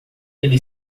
ele